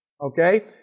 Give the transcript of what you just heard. Okay